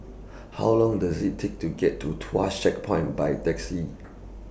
How Long Does IT Take to get to Tuas Checkpoint By Taxi